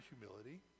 humility